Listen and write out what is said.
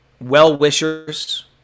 well-wishers